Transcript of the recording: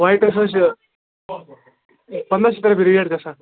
وایٹس حظ چھِ پنٛداہ شتھ رۄپیہِ ریٹ گَژھان